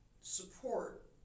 support